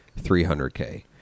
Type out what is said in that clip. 300K